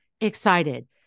excited